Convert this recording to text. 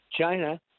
China